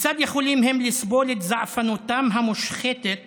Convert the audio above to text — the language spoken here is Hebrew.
כיצד יכולים הם לסבול את זעפנותם המושחתת